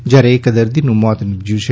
જ્યારે એક દર્દીનું મોત નીપજયું છે